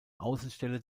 außenstelle